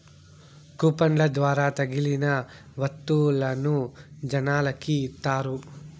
కూపన్ల ద్వారా తగిలిన వత్తువులను జనాలకి ఇత్తారు